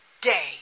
day